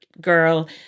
girl